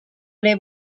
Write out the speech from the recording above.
ere